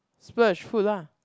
splurge food lah